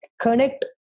connect